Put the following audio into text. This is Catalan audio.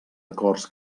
acords